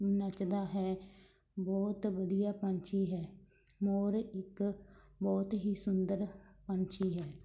ਨੱਚਦਾ ਹੈ ਬਹੁਤ ਵਧੀਆ ਪੰਛੀ ਹੈ ਮੋਰ ਇੱਕ ਬਹੁਤ ਹੀ ਸੁੰਦਰ ਪੰਛੀ ਹੈ